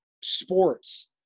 Sports